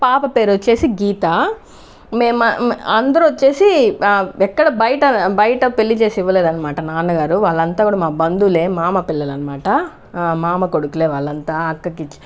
పాప పేరు వచ్చేసి గీత మేము అందరూ వచ్చేసి ఎక్కడ బయట బయట పెళ్లి చేసి ఇవ్వలేదనమాట నాన్నగారు వాళ్ళంతా కూడా మా బంధువులే మామ పిల్లలు అనమాట మామ కొడుకులే వాళ్లంతా అక్కకి